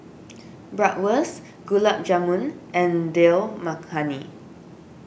Bratwurst Gulab Jamun and Dal Makhani